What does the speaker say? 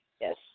yes